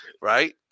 right